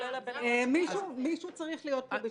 כולל --- מישהו צריך להיות פה בשקט.